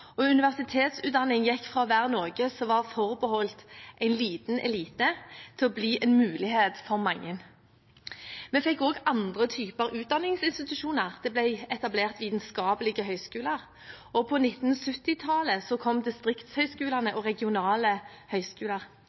og universitetsutdanning gikk fra å være noe som var forbeholdt en liten elite, til å bli en mulighet for mange. Vi fikk også andre typer utdanningsinstitusjoner. Det ble etablert vitenskapelige høyskoler, og på 1970-tallet kom distriktshøyskolene og regionale høyskoler.